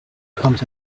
comes